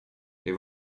det